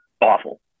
Awful